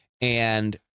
and-